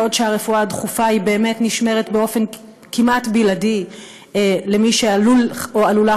ואילו הרפואה הדחופה באמת נשמרת באופן כמעט בלעדי למי שעלול או עלולה,